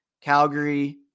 Calgary